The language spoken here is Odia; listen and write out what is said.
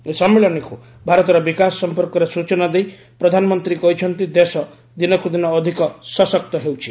ଏହି ସମ୍ମିଳନୀକୁ ଭାରତର ବିକାଶ ସମ୍ପର୍କରେ ସ୍ଟଚନା ଦେଇ ପ୍ରଧାନମନ୍ତ୍ରୀ କହିଛନ୍ତି ଦେଶ ଦିନକୁ ଦିନ ଅଧିକ ସଶକ୍ତ ହେଉଛି